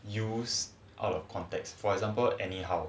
use out of context for example anyhow